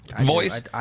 Voice